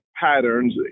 patterns